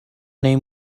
این